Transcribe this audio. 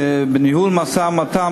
בניהול המשא-ומתן,